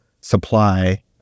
supply